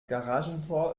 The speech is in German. garagentor